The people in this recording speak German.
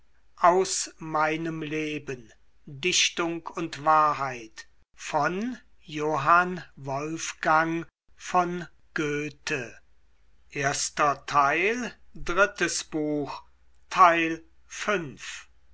dichtung und wahrheit